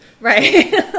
Right